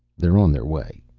they're on their way,